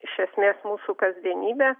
iš esmės mūsų kasdienybė